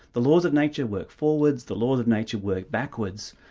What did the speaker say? the laws of nature work forwards, the laws of nature work backwards,